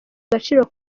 agaciro